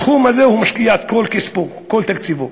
בתחום הזה הוא משקיע את כל כספו, את כל תקציבו.